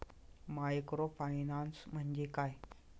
Microfinance म्हणजे काय?